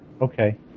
Okay